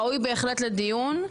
ראוי בהחלט לדיון,